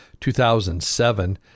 2007